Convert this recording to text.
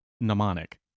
mnemonic